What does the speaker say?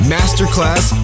Masterclass